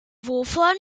wovon